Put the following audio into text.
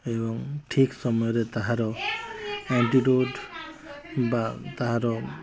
ଏବଂ ଠିକ୍ ସମୟରେ ତାହାର ଆଣ୍ଟିଡ଼ଟ୍ ବା ତାହାର